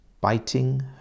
Biting